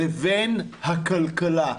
לבין הכלכלה,